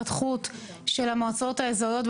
כלומר כמה היינו צריכים לשלם לכל הרשויות ביחד,